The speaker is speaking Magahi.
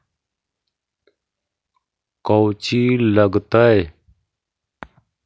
कौची लगतय?